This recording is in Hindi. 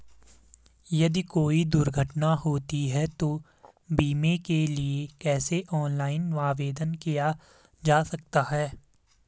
यदि कोई दुर्घटना होती है तो बीमे के लिए कैसे ऑनलाइन आवेदन किया जा सकता है?